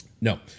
No